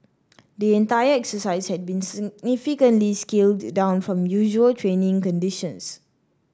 the entire exercise had been significantly scaled down from usual training conditions